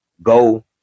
Go